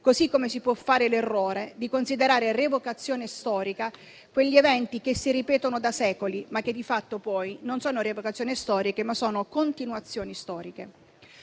modo, si può fare l'errore di considerare rievocazioni storiche quegli eventi che si ripetono da secoli, ma che di fatto - poi - non sono rievocazioni storiche, bensì sono continuazioni storiche.